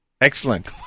Excellent